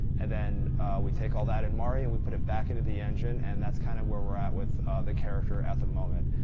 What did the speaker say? and then we take all that in mari and we put it back into the engine and that's kind of where we're at with the character at the moment.